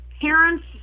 Parents